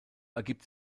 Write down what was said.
ergibt